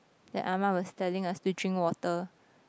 that Ah-Ma was telling us to drink water